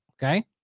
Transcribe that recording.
Okay